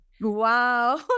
Wow